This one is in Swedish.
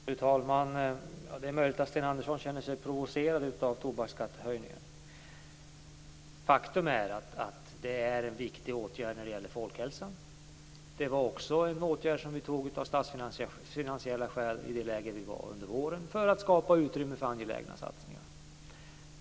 Fru talman! Det är möjligt att Sten Andersson känner sig provocerad av tobaksskattehöjningen. Faktum är att det är en viktig åtgärd när det gäller folkhälsan. Det var också en åtgärd som vi vidtog av statsfinansiella skäl i det läge vi befann oss i under våren för att skapa utrymme för angelägna satsningar.